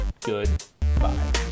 Goodbye